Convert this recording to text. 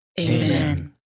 Amen